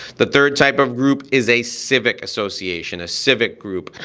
the third type of group is a civic association, a civic group,